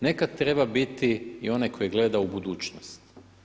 Nekad treba biti i onaj koji gleda u budućnost.